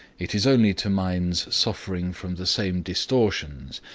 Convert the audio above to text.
it is only to minds suffering from the same distortions,